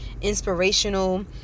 inspirational